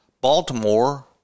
Baltimore